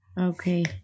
okay